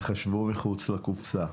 תחשבו מחוץ לקופסה,